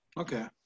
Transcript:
Okay